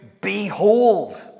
behold